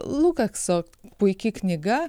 lukakso puiki knyga